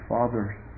Father's